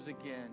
again